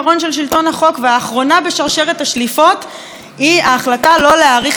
האחרונה בשרשרת השליפות היא ההחלטה לא להאריך את כהונת המפכ"ל,